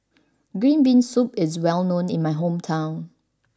green bean soup is well known in my hometown